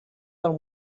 del